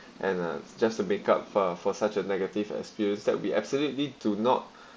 and uh just to make up uh for such a negative experience that we absolutely do not